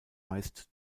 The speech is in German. meist